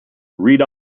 read